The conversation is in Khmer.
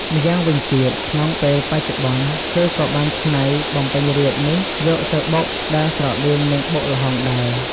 ម្យ៉ាងវិញទៀត ក្នុងពេលបច្ចុប្បន្នគេក៏បានច្នៃ បំពេញរាជ្យនេះយកទៅបុកដែលស្រដៀងនឹងបុកល្ហុងដែរ។